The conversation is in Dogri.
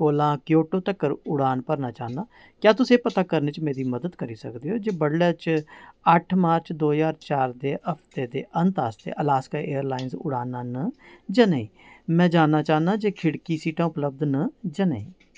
कोला क्योटो तक्कर उड़ान भरना चाह्न्नां क्या तुस एह् पता करने च मेरी मदद करी सकदे ओ जे बड्डलै च अट्ठ मार्च दो ज्हार चार दे हफ्ते दे अंत आस्तै अलास्का एयरलाइंस उड़ानां न जां नेईं में जानना चाह्न्नां जे खिड़की सीटां उपलब्ध न जां नेईं